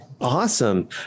Awesome